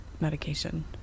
medication